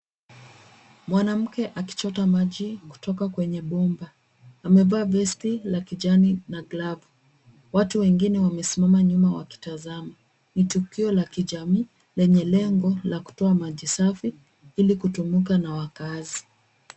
Mwanamke akichota maji kutoka kwenye bomba. Amevaa vesti la kijani na glavu. Watu wengine wamesimama nyuma wakitazama. Ni tukio la kijamii, lenye lengo la kutoa maji safi, ili kutumika na wakaazi.